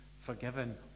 forgiven